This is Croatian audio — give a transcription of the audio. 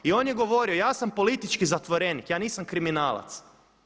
I on je govorio ja sam politički zatvorenih, ja nisam kriminalac.